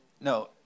No